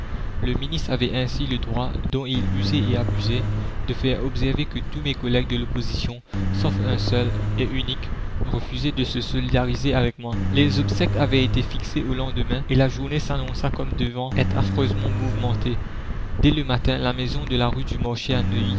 le ministre avait ainsi le droit dont il usait et abusait de faire observer que tous mes collègues de l'opposition sauf un seul et unique refusaient de se solidariser avec moi les obsèques avaient été fixées au lendemain et la journée s'annonça comme devant être affreusement mouvementée dès le matin la maison de la rue du marché